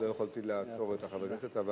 אז לא יכולתי לעצור את חברי הכנסת.